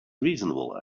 reasonable